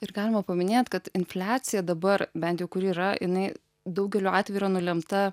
ir galima paminėt kad infliacija dabar bent jau kuri yra jinai daugeliu atvejų yra nulemta